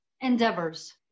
endeavors